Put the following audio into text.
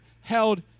held